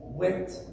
went